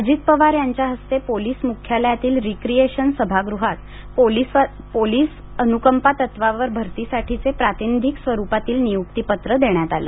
अजित पवार यांच्या हस्ते पोलीस मुख्यालयातील रिक्रिएशन सभागृहात पोलीस पाल्यांना अनुकंपा तत्वावर भरतीसाठीचे प्रातिनिधिक स्वरुपातील नियुक्तीपत्र देण्यात आलं